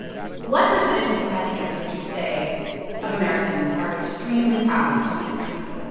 what percentage, if you had to guess, would you say of americans are extremely proud to be an american?